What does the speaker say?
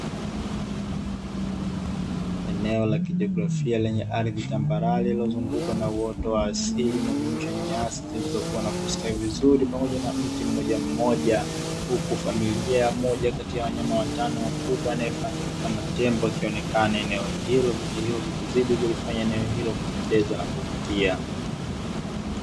Eneo la kijiografia lenye ardhi tambarare iliyozungukwa na uoto wa asili unaojumuisha nyasi zilizokua na kustawi vizuri pamoja na mti mmojammoja, huku familia ya moja kati ya wanyama watano wakubwa anayefahamika kama tembo akionekana eneo hilo vitu hivyo vikizidi kulifanya eneo hilo kupendeza na kuvutia.